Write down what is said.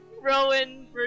Rowan